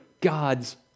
God's